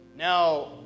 Now